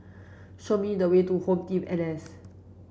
show me the way to HomeTeam N and S